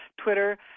Twitter